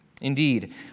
Indeed